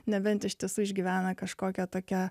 nebent ištisai išgyvena kažkokią tokią